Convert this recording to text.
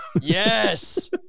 Yes